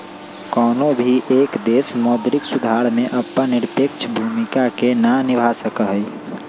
कौनो भी एक देश मौद्रिक सुधार में अपन निरपेक्ष भूमिका के ना निभा सका हई